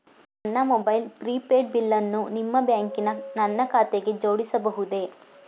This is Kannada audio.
ನನ್ನ ಮೊಬೈಲ್ ಪ್ರಿಪೇಡ್ ಬಿಲ್ಲನ್ನು ನಿಮ್ಮ ಬ್ಯಾಂಕಿನ ನನ್ನ ಖಾತೆಗೆ ಜೋಡಿಸಬಹುದೇ?